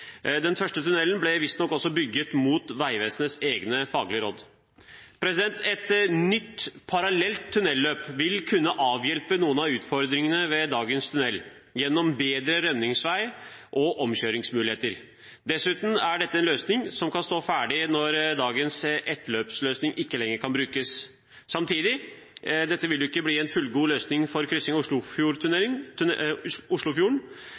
Den første tunnelen ble visstnok også bygget mot Vegvesenets egne faglige råd. Et nytt parallelt tunnelløp vil kunne avhjelpe noen av utfordringene med dagens tunnel gjennom bedre rømningsveier og omkjøringsmuligheter. Dessuten er dette en løsning som kan stå ferdig når dagens ettløpsløsning ikke lenger kan brukes. Samtidig: Dette vil ikke bli en fullgod løsning for kryssing av